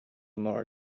mar